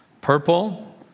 Purple